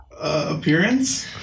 Appearance